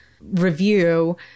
review